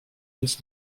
nic